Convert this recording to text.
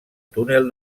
túnel